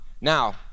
Now